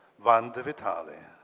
vanda vitali.